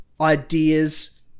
ideas